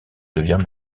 devient